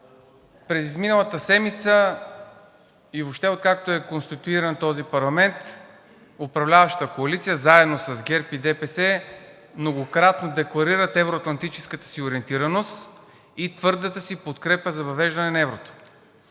през изминалата седмица и въобще откакто е конституиран този парламент, управляващата коалиция заедно с ГЕРБ и ДПС многократно декларират евро-атлантическата си ориентираност и твърдата си подкрепа за въвеждане на еврото.